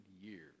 years